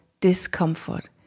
discomfort